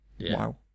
Wow